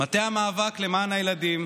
למען הילדים,